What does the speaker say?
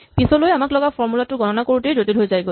পিছলৈ আমাক লগা ফৰ্মূলা টো গণনা কৰাটোৱেই জটিল হৈ যায়গৈ